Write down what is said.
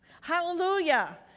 Hallelujah